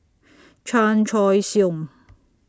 Chan Choy Siong